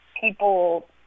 people